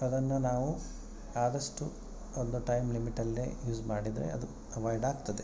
ಅದನ್ನು ನಾವು ಆದಷ್ಟು ಒಂದು ಟೈಮ್ ಲಿಮಿಟಲ್ಲೇ ಯೂಸ್ ಮಾಡಿದರೆ ಅದು ಅವಾಯ್ಡ್ ಆಗ್ತದೆ